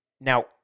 Now